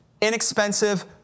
inexpensive